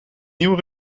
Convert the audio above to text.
nieuw